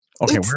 Okay